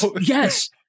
Yes